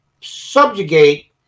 subjugate